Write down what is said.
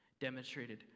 demonstrated